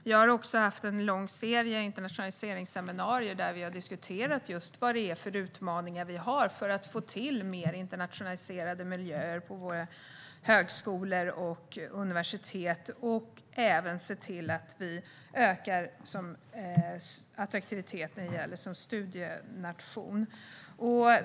Jag har också haft en serie internationaliseringsseminarier där vi har diskuterat vad det är för utmaningar vi har när det gäller att få till mer internationaliserade miljöer på våra universitet och högskolor och hur vi ökar Sveriges attraktivitet som studienation.